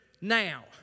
now